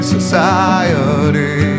Society